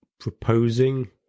proposing